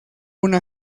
una